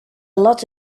lot